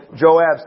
Joab's